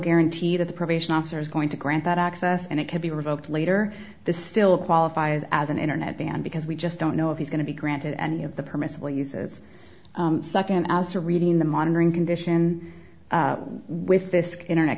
guarantee that the probation officer is going to grant that access and it could be revoked later this still qualifies as an internet ban because we just don't know if he's going to be granted any of the permissible uses nd as to reading the monitoring condition with this internet